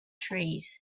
trees